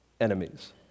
enemies